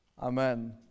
Amen